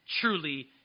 truly